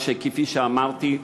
כפי שאמרתי,